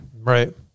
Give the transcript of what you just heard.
Right